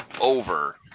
over